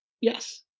yes